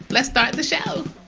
let's start the show